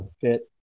Fit